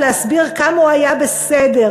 להסביר כמה הוא היה בסדר,